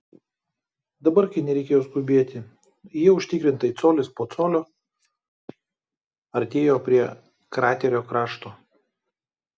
dabar kai nereikėjo skubėti jie užtikrintai colis po colio artėjo prie kraterio krašto